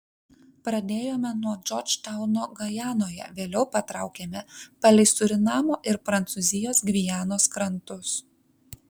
pradėjome nuo džordžtauno gajanoje vėliau patraukėme palei surinamo ir prancūzijos gvianos krantus